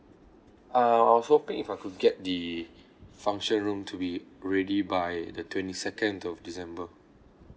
uh I was hoping if I could get the function room to be ready by the twenty second of december